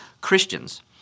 Christians